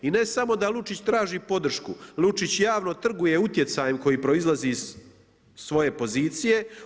I ne samo da Lučić traži podršku, Lučić javno trguje utjecajem koji proizlazi iz svoje pozicije.